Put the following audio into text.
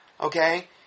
Okay